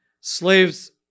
Slaves